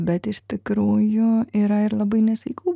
bet iš tikrųjų yra ir labai nesveikų